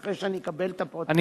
אחרי שאני אקבל את הפרוטוקול,